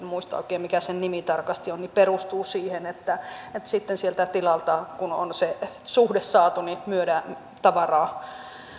muista oikein mikä se nimi tarkasti on perustuvat siihen että sitten sieltä tilalta kun on se suhde saatu myydään tavaraa